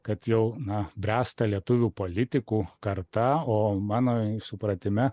kad jau na bręsta lietuvių politikų karta o mano supratime